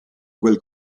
quel